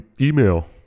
email